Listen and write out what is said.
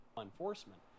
enforcement